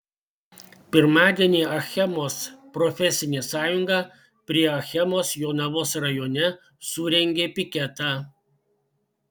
pirmadienį achemos profesinė sąjunga prie achemos jonavos rajone surengė piketą